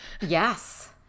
Yes